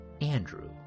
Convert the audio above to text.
Andrew